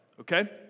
okay